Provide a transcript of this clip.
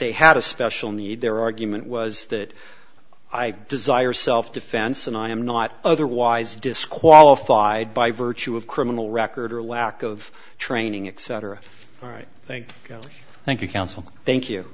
they had a special need their argument was that i desire self defense and i am not otherwise disqualified by virtue of criminal record or lack of training etc all right thank you thank you counsel thank you